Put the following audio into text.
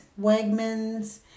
Wegmans